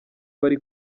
bari